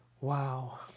Wow